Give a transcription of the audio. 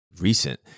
recent